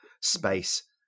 space